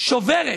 שוברת